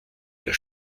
der